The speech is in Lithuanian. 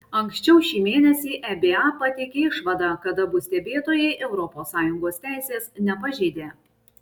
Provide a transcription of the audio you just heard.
anksčiau šį mėnesį eba pateikė išvadą kad abu stebėtojai europos sąjungos teisės nepažeidė